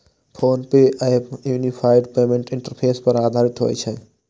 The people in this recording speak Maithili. PhonePe app unified payments interface पर आधारित होइ छै